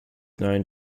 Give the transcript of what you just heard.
known